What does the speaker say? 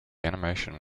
animation